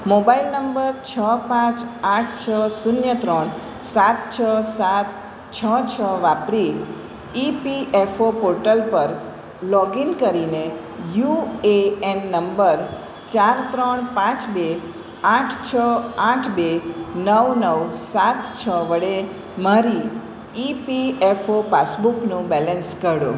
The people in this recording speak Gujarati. મોબાઈલ નંબર છ પાંચ આઠ છ શૂન્ય ત્રણ સાત છ સાત છ છ વાપરી ઇપીએફઓ પોર્ટલ પર લોગિન કરીને યુએએન નંબર ચાર ત્રણ પાંચ બે આઠ છ આઠ બે નવ નવ સાત છ વડે મારી ઇ પી એફ ઓ પાસબુકનું બેલેન્સ કાઢો